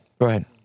Right